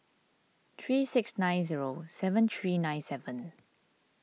three six nine zero seven three nine seven